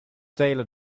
taylor